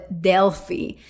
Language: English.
Delphi